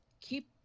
keep